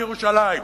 בירושלים,